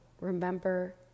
remember